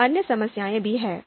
फिर अन्य समस्याएँ भी हैं